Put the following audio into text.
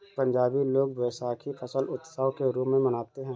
पंजाबी लोग वैशाखी फसल उत्सव के रूप में मनाते हैं